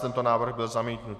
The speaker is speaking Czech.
Tento návrh byl zamítnut.